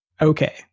Okay